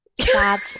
Sad